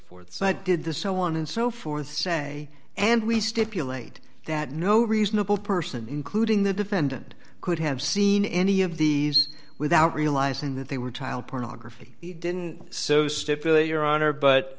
i did this so on and so forth say and we stipulate that no reasonable person including the defendant could have seen any of these without realizing that they were child pornography he didn't so stipulate your honor but